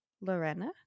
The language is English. Lorena